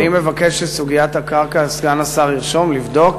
אני מבקש שבסוגיית הקרקע סגן השר ירשום לבדוק